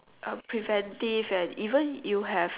uh preventive and even you have